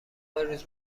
روز